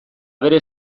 bere